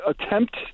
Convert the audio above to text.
attempt